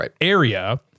area